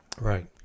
Right